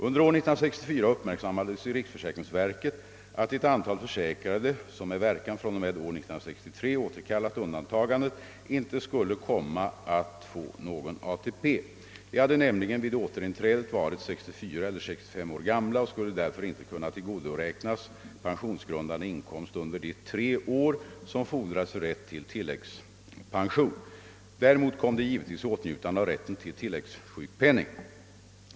Under år 1964 uppmärksammades i riksförsäkringsverket att ett antal försäkrade som med verkan fr.o.m. år 1963 återkallat undantagandet inte skulle komma att få någon ATP. De hade nämligen vid återinträdet varit 64 eller 65 år gamla och skulle därför inte kun na tillgodoräknas pensionsgrundande inkomst under de tre år som fordras för rätt till tilläggspension. Däremot kom de givetvis i åtnjutande av rätten till tilläggssjukpenning.